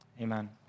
Amen